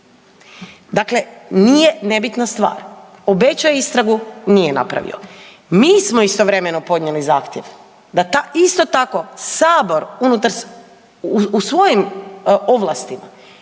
Dakle, nije nebitna stvar. Obećao je istragu, nije napravio. Mi smo istovremeno podnijeli zahtjev da isto ta isto tako sabor unutar u svojim ovlastima